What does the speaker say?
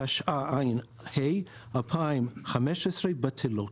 התשע"ה-2015 בטלות.